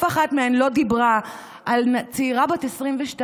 אף אחת מהן לא דיברה על צעירה בת 22,